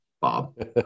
Bob